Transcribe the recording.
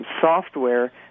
software